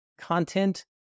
content